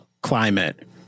climate